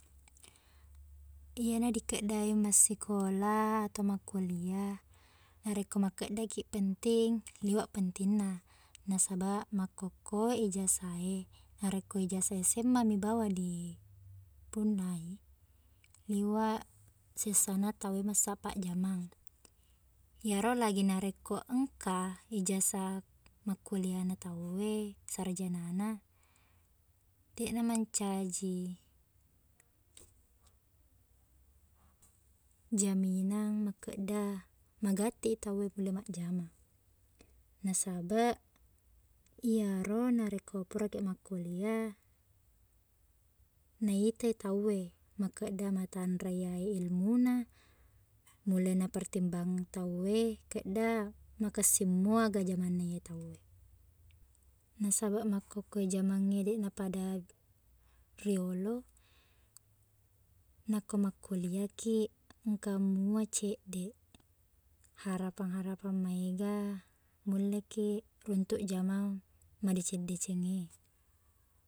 Iyena dikkedda e massikola atau makkulia narekko makkeddaki penting liweq pentingna nasabaq makkukku e ijasa e narekko ijasa sma mi bawang dipunnai liweq sessana tau e massappa jamang iyaro lagina narekko engka ijasa makkuliana tau e sarjanana deqna mancaji jaminang makkedda magatti tau e mulle majjama nasabaq iyaro narekko puraki makkulia naitai tau e makkeda matanre iya e ilmuna mulle napertimbang tau e kedda makessing muaga jamanna iye tau e nasabaq makkukku e jamang e deqna pada riolo nako makkuliaki engka mua ceddeq harapang-harapang maega mulleki runtuq jamang madeceng-deceng e